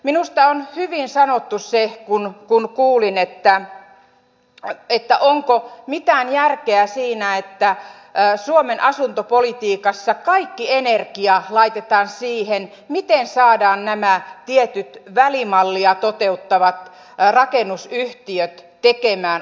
minusta on hyvin sanottu se kun kuulin että onko mitään järkeä siinä että suomen asuntopolitiikassa kaikki energia laitetaan siihen miten saadaan nämä tietyt välimallia toteuttavat rakennusyhtiöt tekemään asuntoja